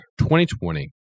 2020